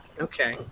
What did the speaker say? Okay